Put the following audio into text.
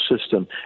system